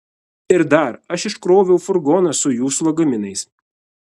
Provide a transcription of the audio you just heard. ir dar aš iškroviau furgoną su jūsų lagaminais